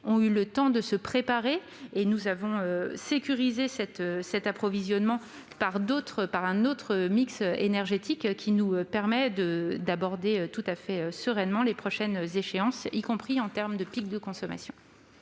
ont pu être préparées et nous avons sécurisé notre approvisionnement par un autre mix énergétique, qui nous permet d'aborder sereinement les prochaines échéances, y compris en cas de pic de consommation.